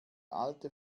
alte